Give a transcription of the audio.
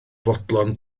fodlon